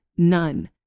None